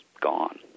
gone